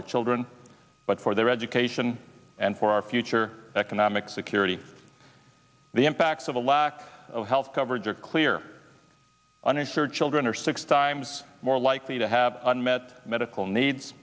our children but for their education and for our future economic security the impacts of a lack of health coverage are clear uninsured children are six times more likely to have unmet medical needs